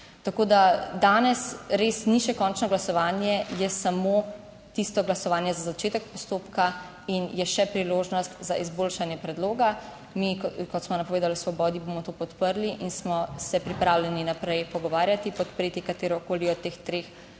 Tako da danes res ni še končno glasovanje, je samo tisto glasovanje za začetek postopka in je še priložnost za izboljšanje predloga. Mi, kot smo napovedali v Svobodi, bomo to podprli in smo se pripravljeni naprej pogovarjati, podpreti katerokoli od teh treh